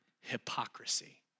hypocrisy